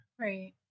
Right